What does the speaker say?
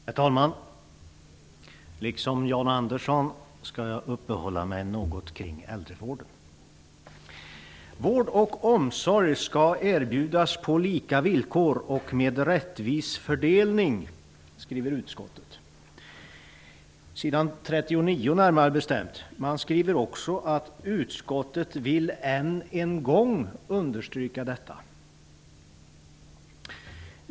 Herr talman! Liksom Jan Andersson skall jag uppehålla mig något kring äldrevården. Utskottet skriver på s. 39 i betänkandet att vård och omsorg skall erbjudas på lika villkor och med rättvis fördelning. Det står också att utskottet än en gång vill understryka detta.